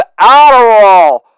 Adderall